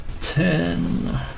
Ten